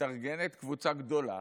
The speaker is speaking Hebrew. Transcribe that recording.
מתארגנת קבוצה גדולה,